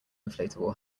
inflatable